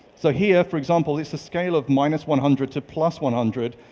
so here for example, it's a scale of minus one hundred to plus one hundred.